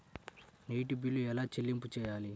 నీటి బిల్లు ఎలా చెల్లింపు చేయాలి?